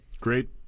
great